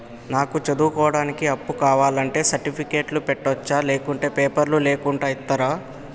నాకు చదువుకోవడానికి అప్పు కావాలంటే సర్టిఫికెట్లు పెట్టొచ్చా లేకుంటే పేపర్లు లేకుండా ఇస్తరా?